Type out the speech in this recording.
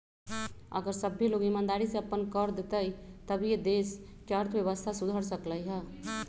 अगर सभ्भे लोग ईमानदारी से अप्पन कर देतई तभीए ई देश के अर्थव्यवस्था सुधर सकलई ह